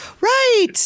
Right